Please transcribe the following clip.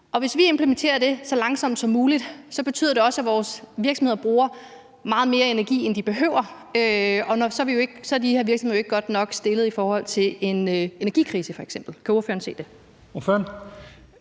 hvis vi implementerer det så langsomt som muligt, betyder det også, at vores virksomheder bruger meget mere energi, end de behøver, og så er de her virksomheder jo ikke godt nok stillet i forhold til f.eks. en energikrise. Kan ordføreren se det?